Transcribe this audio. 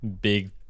big